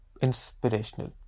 inspirational